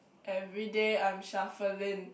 everyday I'm shuffling